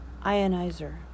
Ionizer